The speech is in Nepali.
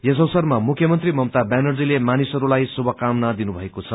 यस अवसरमा मुख्यमंत्री ममता व्यानर्जीले मानिसहरूलाई शुभकामना दिनुभएको छ